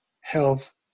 health